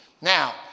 Now